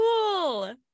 Cool